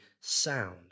sound